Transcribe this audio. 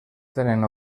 tenen